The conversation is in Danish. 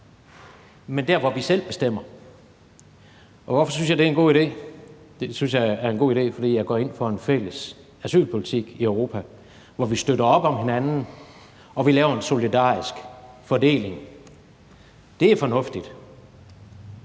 ved EU's ydre grænser. Og hvorfor synes jeg, det er en god idé? Det synes jeg er en god idé, fordi jeg går ind for en fælles asylpolitik i Europa, hvor vi støtter op om hinanden, og hvor vi laver en solidarisk fordeling. Det er fornuftigt.